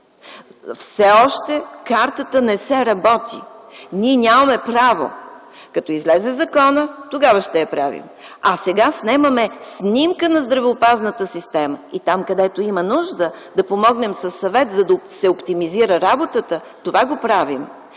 все още не се работи, ние нямаме право. Когато излезе законът, тогава ще я правим. Сега снемаме снимка на здравеопазната система и там, където има нужда да помогнем със съвет, за да се оптимизира работата – това правим.